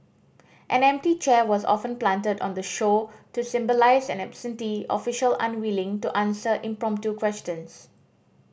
an empty chair was often planted on the show to symbolise an absentee official unwilling to answer impromptu questions